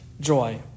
joy